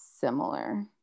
similar